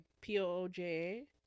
P-O-O-J-A